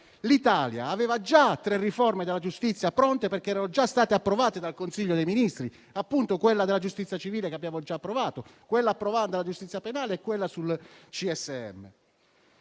l'Italia aveva già tre riforme della giustizia pronte, perché erano già state approvate dal Consiglio dei ministri: quella della giustizia civile, che abbiamo già approvato, quella della giustizia penale e quella del CSM.